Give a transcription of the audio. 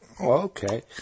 Okay